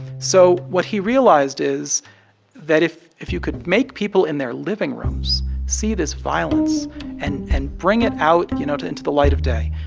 so what he realized is that if if you could make people in their living rooms see this violence and and bring it out, you know, to into the light of day,